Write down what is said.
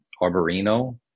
Arborino